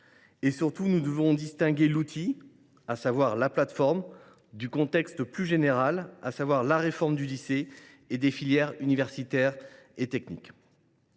? Surtout, nous devons distinguer l’outil, à savoir la plateforme, du contexte plus général, à savoir la réforme du lycée et des filières universitaires et techniques.